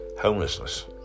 homelessness